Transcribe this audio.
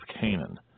Canaan